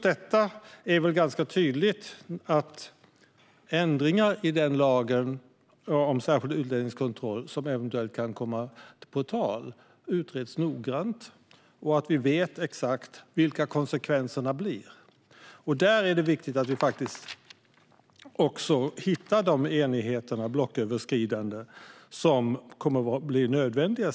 Det är därför viktigt att de ändringar i lagen om särskild utlänningskontroll som eventuellt kan komma i fråga utreds noggrant och att vi vet exakt vilka konsekvenserna blir. Där kommer säkert blocköverskridande enigheter att bli nödvändiga.